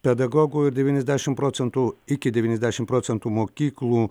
pedagogų ir devyniasdešim procentų iki devyniasdešim procentų mokyklų